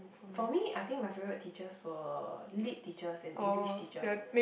for me I think my favourite teachers were Lit teachers and English teachers